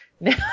now